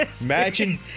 Imagine